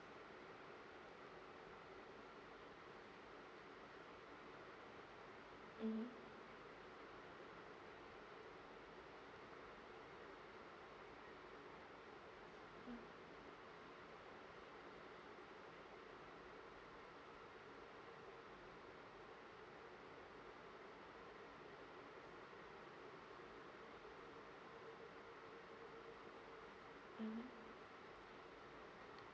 (uh huh)